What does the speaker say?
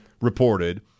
reported